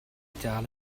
dal